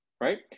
right